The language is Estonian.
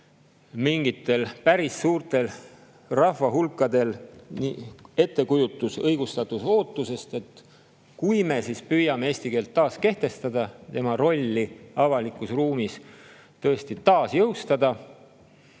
mingitel päris suurtel rahvahulkadel ettekujutus õigustatud ootusest – kui me püüame eesti keelt taas kehtestada, tema rolli avalikus ruumis tõesti taas jõustada,